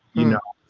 you know.